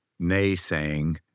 naysaying